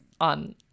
on